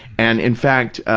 and in fact,